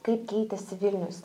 kaip keitėsi vilnius